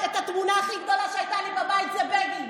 התמונה הכי גדולה שהייתה לי בבית זה בגין.